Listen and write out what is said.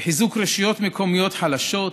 בחיזוק רשויות מקומיות חלשות?